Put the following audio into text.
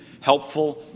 Helpful